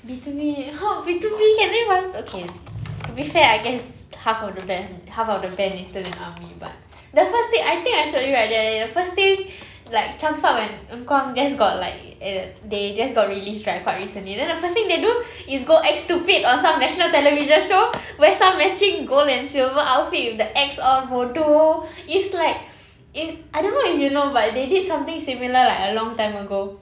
BTOB !huh! BTOB can they fast~ okay to be fair I guess half of the band half of the band is still in the army but the first thing I think I showed you right the first thing like changsub and eunkwang just got like uh they just got released right recently then the first thing they do is go act stupid or some national television show where some matching gold and silver outfit with the X on bodoh it's like if I don't know if you know but they did something similar like a long time ago